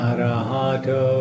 Arahato